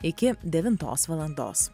iki devintos valandos